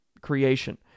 creation